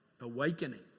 awakening